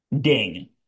Ding